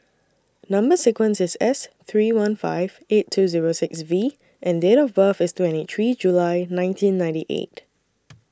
Number sequence IS S three one five eight two Zero six V and Date of birth IS twenty three July nineteen ninety eight